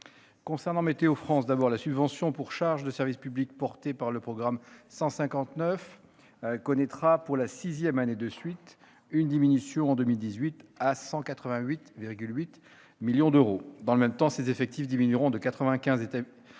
Concernant Météo France, la subvention pour charges de service public portée par le programme 159 connaîtra, pour la sixième année de suite, une diminution en 2018, pour s'établir à 188,8 millions d'euros. Dans le même temps, ses effectifs diminueront de 95 équivalents